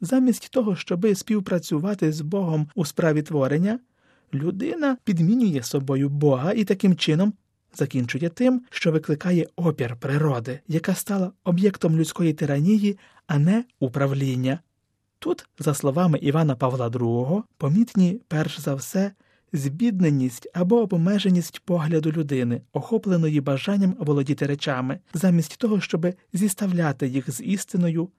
Замість того, щоби співпрацювати з Богом у справі творення, людина підмінює собою Бога і таким чином закінчує тим, що викликає опір природи, яка стала об'єктом людської тиранії, а не управління. Тут, за словами Івана Павла II, помітні, перш за все, збідненість або обмеженість погляду людини, охопленої бажанням володіти речами, замість того, щоби зіставляти їх з істиною,